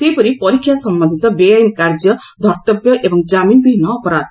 ସେହିପରି ପରୀକ୍ଷା ସମ୍ୟନ୍ଧିତ ବେଆଇନ୍ କାର୍ଯ୍ୟ ଧର୍ଭବ୍ୟ ଏବଂ ଜାମିନ ବିହୀନ ଅପରାଧ